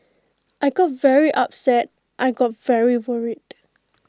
I got very upset I got very worried